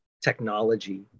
technology